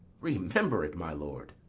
remember it, my lord!